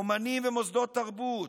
אומנים ומוסדות תרבות,